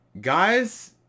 Guys